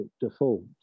default